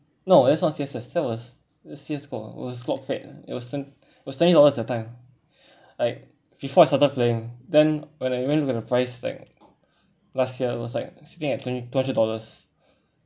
no that's not C_S_S that was uh C_S go it was it was twenty dollars that time like before I started playing then when I went with the price tag last year it was like sitting at twent~ two hundred dollars